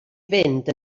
fynd